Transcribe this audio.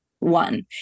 One